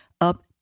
up